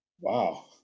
Wow